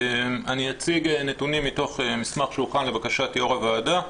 אני אציג נתונים מתוך מסמך שהוכן לבקשת יו"ר הוועדה.